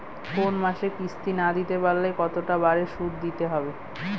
কোন মাসে কিস্তি না দিতে পারলে কতটা বাড়ে সুদ দিতে হবে?